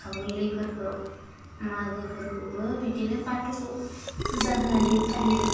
ओंखाम गोरलैफोरखौ माघोफोरखौबो बिदिनो बाथौ फुजा होनानै फालियो